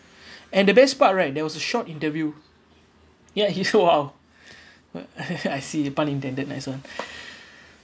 and the best part right there was a short interview ya he so !wow! what I see pun intended nice one